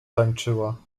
tańczyła